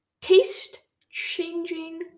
taste-changing